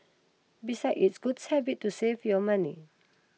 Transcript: beside it's good habit to save your money